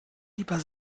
lieber